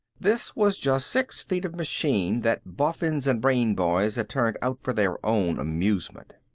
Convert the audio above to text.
this was just six feet of machine that boffins and brain-boys had turned out for their own amusement.